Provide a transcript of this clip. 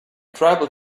tribal